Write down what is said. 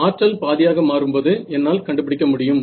ஆற்றல் பாதியாக மாறும்போது என்னால் கண்டுபிடிக்க முடியும்